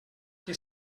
que